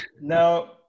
Now